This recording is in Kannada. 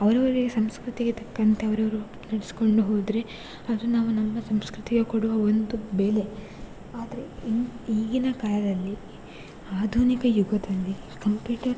ಅವರವ್ರಿಗೆ ಸಂಸ್ಕೃತಿಗೆ ತಕ್ಕಂತೆ ಅವರವ್ರು ನಡೆಸ್ಕೊಂಡು ಹೋದರೆ ಅದು ನಾವು ನಮ್ಮ ಸಂಸ್ಕೃತಿಗೆ ಕೊಡುವ ಒಂದು ಬೆಲೆ ಆದರೆ ಈಗಿನ ಕಾಲದಲ್ಲಿ ಆಧುನಿಕ ಯುಗದಲ್ಲಿ ಕಂಪ್ಯೂಟರ್